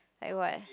like what